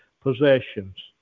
possessions